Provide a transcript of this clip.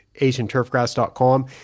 asianturfgrass.com